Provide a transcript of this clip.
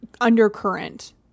undercurrent